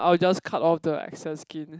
I'll just cut off the excess skin